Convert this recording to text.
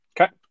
Okay